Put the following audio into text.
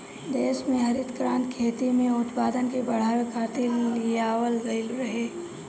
देस में हरित क्रांति खेती में उत्पादन के बढ़ावे खातिर लियावल गईल रहे